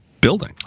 building